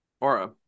Aura